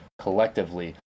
collectively